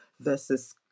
versus